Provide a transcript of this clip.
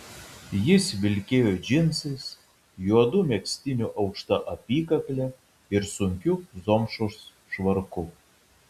jis vilkėjo džinsais juodu megztiniu aukšta apykakle ir sunkiu zomšos švarku